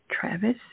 Travis